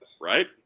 Right